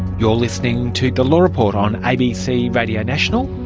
you're listening to the law report on abc radio national,